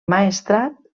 maestrat